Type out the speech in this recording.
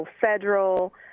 federal